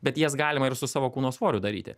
bet jas galima ir su savo kūno svoriu daryti